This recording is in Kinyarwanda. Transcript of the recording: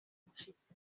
umushyitsi